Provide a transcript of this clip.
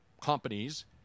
companies